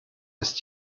ist